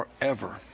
forever